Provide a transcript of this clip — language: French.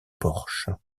porche